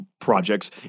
projects